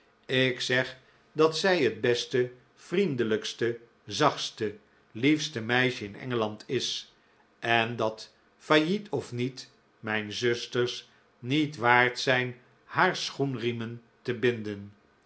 ik zeg dat zij het beste vriendelijkste zachtste liefste meisje in engeland is en dat failliet of niet mijn zusters niet waard zijn haar schoenriemen te binden